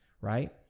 right